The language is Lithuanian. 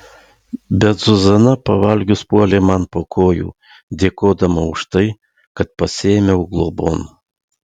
bet zuzana pavalgius puolė man po kojų dėkodama už tai kad pasiėmiau globon